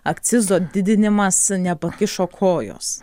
akcizo didinimas nepakišo kojos